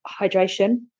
hydration